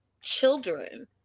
children